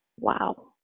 wow